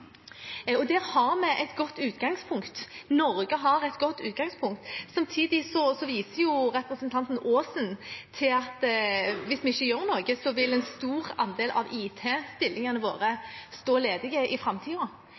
Der har vi et godt utgangspunkt – Norge har et godt utgangspunkt. Samtidig viser representanten Aasen til at hvis vi ikke gjør noe, vil en stor andel av IT-stillingene våre stå ledige i